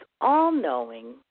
all-knowing